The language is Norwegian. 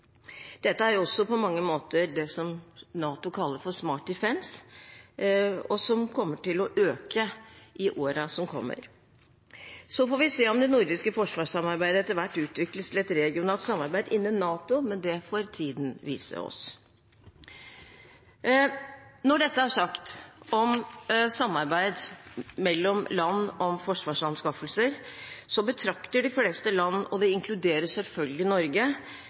Dette er også på mange måter det som NATO kaller for «Smart Defence», og som kommer til å øke i årene som kommer. Om det nordiske forsvarssamarbeidet etter hvert utvikles til et regionalt samarbeid innen NATO, får tiden vise oss. Når dette er sagt om samarbeid mellom land om forsvarsanskaffelser, betrakter de fleste land – og det inkluderer selvfølgelig Norge